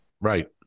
right